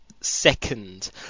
second